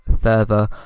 further